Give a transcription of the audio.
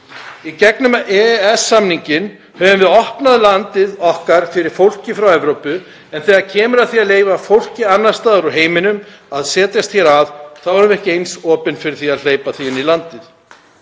Í gegnum EES-samninginn höfum við opnað landið okkar fyrir fólki frá Evrópu en þegar kemur að því að leyfa fólki annars staðar úr heiminum að setjast hér að þá höfum við ekki verið eins opin fyrir því að hleypa því inn í landið.